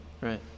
right